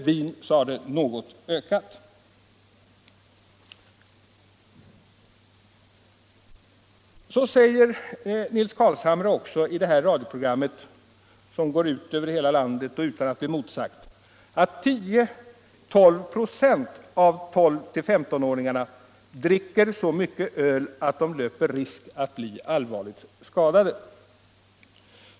Utan att bli emotsagd sade Nils Carlshamre också i detta radioprogram, som alltså gick ut över hela landet, att 10 å 12 96 av 12-15-åringarna dricker så mycket öl att de löper risk att bli allvarligt skadade.